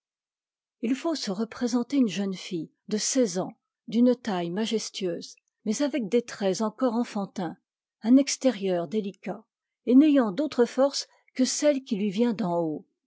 il faut se représenter une jeune fille de seize ans d'une taille majestueuse mais avec des traits encore enfantins un extérieur délicat et n'ayant d'autre force que celle qui lui vient d'en-haut